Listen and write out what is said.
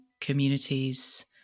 communities